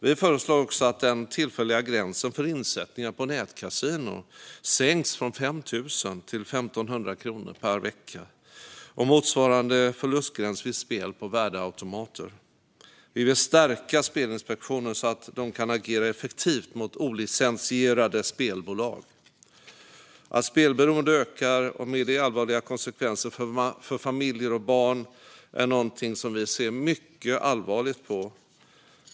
Vi föreslår även att den tillfälliga gränsen för insättningar på nätkasino sänks från 5 000 till 1 500 kronor per vecka, med motsvarande förlustgräns vid spel på värdeautomater. Vi vill stärka Spelinspektionen, så att den kan agera effektivt mot olicensierade spelbolag. Att spelberoendet ökar och med det allvarliga konsekvenser för familjer och barn är någonting som vi ser mycket allvarligt på.